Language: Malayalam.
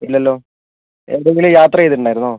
ഇല്ലല്ലോ എവിടെ എങ്കിലും യാത്ര ചെയ്തിട്ടുണ്ടായിരുന്നോ